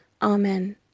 Amen